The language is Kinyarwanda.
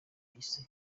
yise